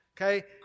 Okay